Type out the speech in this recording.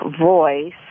voice